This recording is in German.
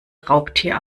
raubtier